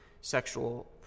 sexual